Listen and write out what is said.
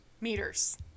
Meters